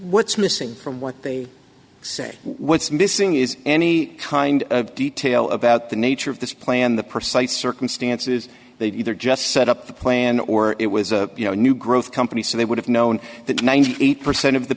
what's missing what they say what's missing is any kind of detail about the nature of this plan the precise circumstances they've either just set up the plan or it was a you know a new growth company so they would have known that ninety eight percent of the